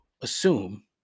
assume